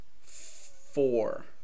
four